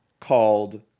called